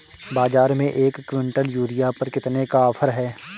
बाज़ार में एक किवंटल यूरिया पर कितने का ऑफ़र है?